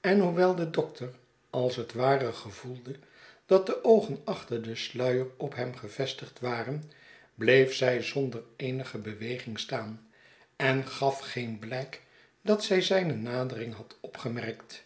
en hoewel de dokter als het ware gevoelde dat de oogen achter den sluier op hem gevestigd waren bieef zij zonder eenige beweging staan en gaf geen blijk dat zij zijne nadering had opgemerkt